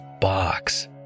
box